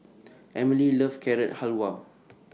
Emely loves Carrot Halwa